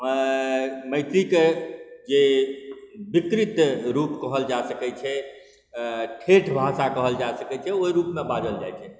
मैथिलीके जे विकृत रूप कहल जा सकै छै ठेठ भाषा कहल जा सकै छै ओहि रूपमे बाजल जाइ छै